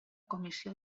comissió